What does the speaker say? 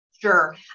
Sure